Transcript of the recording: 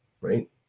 right